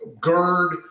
GERD